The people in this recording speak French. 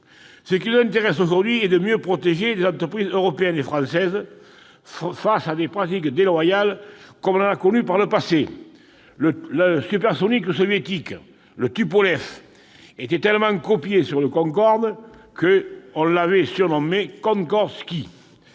Ce qui nous intéresse aujourd'hui, c'est de mieux protéger les entreprises européennes et françaises face à des pratiques déloyales, comme on en a connu par le passé, par exemple la conception du Tupolev soviétique, tellement copié sur le Concorde qu'on le surnommait « Concordski »,